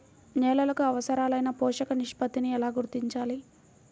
నేలలకు అవసరాలైన పోషక నిష్పత్తిని ఎలా గుర్తించాలి?